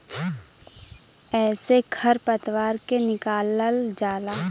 एसे खर पतवार के निकालल जाला